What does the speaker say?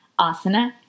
asana